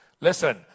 listen